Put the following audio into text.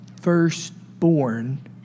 firstborn